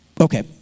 okay